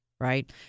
right